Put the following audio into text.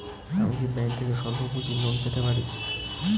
আমি কি ব্যাংক থেকে স্বল্প পুঁজির লোন পেতে পারি?